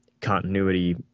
continuity